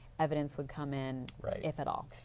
evidence would come in if at all.